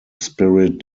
spirit